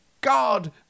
God